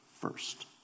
first